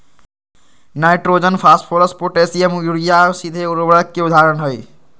nitrogen, phosphorus, potassium, urea सीधे उर्वरक के उदाहरण हई